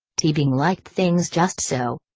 teabing liked things just so.